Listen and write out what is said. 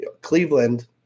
Cleveland